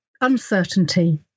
uncertainty